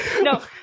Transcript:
No